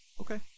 okay